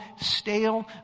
stale